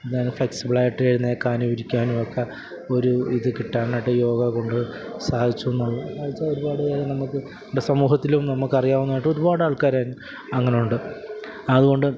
ഇതായി ഫ്ലെക്സിബിൾ ആയിട്ട് എഴുന്നേൽക്കാനും ഇരിക്കാനും ഒക്കെ ഒരു ഇത് കിട്ടാനായിട്ട് യോഗ കൊണ്ട് സാധിച്ചു എന്നുള്ള സാധിച്ച ഒരുപാട് പേരെ നമുക്ക് ഇവിടെ സമൂഹത്തിലും നമുക്ക് അറിയാവുന്നതായിട്ടും ഒരുപാട് ആൾക്കാർ അങ്ങനെ ഉണ്ട് അതുകൊണ്ട്